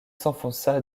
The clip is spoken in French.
s’enfonça